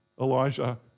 Elijah